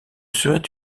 serait